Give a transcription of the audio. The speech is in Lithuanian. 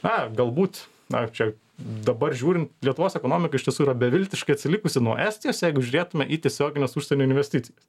na galbūt na čia dabar žiūrint lietuvos ekonomika iš tiesų yra beviltiškai atsilikusi nuo estijos jeigu žiūrėtume į tiesiogines užsienio investicijas